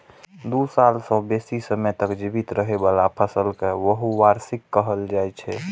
दू साल सं बेसी समय तक जीवित रहै बला फसल कें बहुवार्षिक कहल जाइ छै